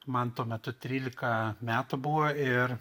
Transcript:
man tuo metu trylika metų buvo ir